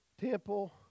temple